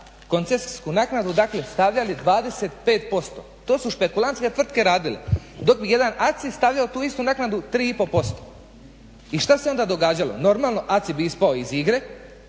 koncesijsku naknadu dakle stavljali 25%. To su špekulantske tvrtke radile. Dok bi jedan ACI stavljao tu istu naknadu 3 i pol posto. I šta se onda događalo. Normalno, ACI bi ispao iz igre